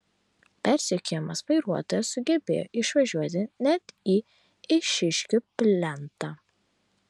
persekiojamas vairuotojas sugebėjo išvažiuoti net į eišiškių plentą